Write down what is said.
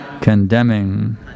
Condemning